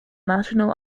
national